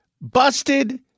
busted